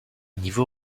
niveau